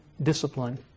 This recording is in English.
discipline